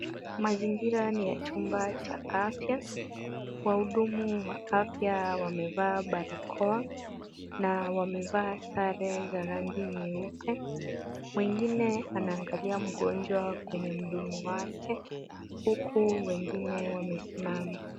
Mazingira ni ya chumba cha afya. Wahudumu wa afya wamevaa barakoa na wamevaa sare za rangi nyeupe. Mwingine anaangalia mgonjwa kwenye mdomo wake, huku wengine wamesimama.